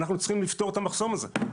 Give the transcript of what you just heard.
אנחנו צריכים לפתור את המחסום הזה.